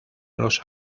los